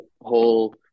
whole